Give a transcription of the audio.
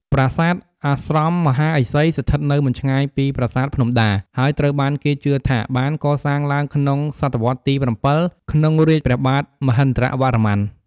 ប្រាសាទអាស្រមមហាឥសី ស្ថិតនៅមិនឆ្ងាយពីប្រាសាទភ្នំដា ហើយត្រូវបានគេជឿថាបានកសាងឡើងក្នុង សតវត្សរ៍ទី ៧ ក្នុងរាជ្យព្រះបាទមហេន្ទ្រវរ្ម័ន។